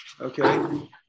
okay